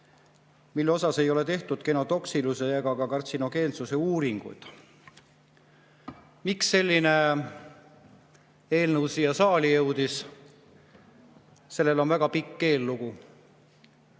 mille kohta ei ole tehtud genotoksilisuse ega kartsinogeensuse uuringuid. Miks selline eelnõu siia saali jõudis? Sellel on väga pikk eellugu.